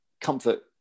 comfort